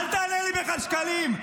--- אל תענה לי בכלל, שקלים.